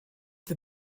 the